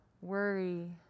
worry